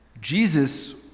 Jesus